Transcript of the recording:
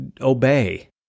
obey